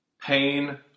Pain